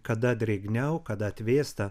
kada drėgniau kada atvėsta